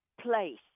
place